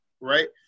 Right